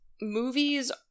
movies